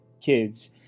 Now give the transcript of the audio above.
kids